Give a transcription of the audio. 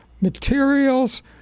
materials